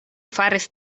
faris